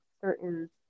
certain